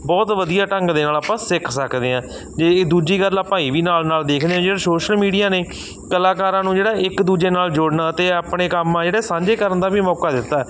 ਬਹੁਤ ਵਧੀਆ ਢੰਗ ਦੇ ਨਾਲ ਆਪਾਂ ਸਿੱਖ ਸਕਦੇ ਹਾਂ ਜੇ ਦੂਜੀ ਗੱਲ ਆਪਾਂ ਇਹ ਵੀ ਨਾਲ ਨਾਲ ਦੇਖਦੇ ਹਾਂ ਜਦੋਂ ਸੋਸ਼ਲ ਮੀਡੀਆ ਨੇ ਕਲਾਕਾਰਾਂ ਨੂੰ ਜਿਹੜਾ ਇੱਕ ਦੂਜੇ ਨਾਲ ਜੁੜਨਾ ਅਤੇ ਆਪਣੇ ਕੰਮ ਆ ਜਿਹੜੇ ਸਾਂਝੇ ਕਰਨ ਦਾ ਵੀ ਮੌਕਾ ਦਿੱਤਾ